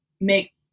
make